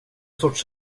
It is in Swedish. sorts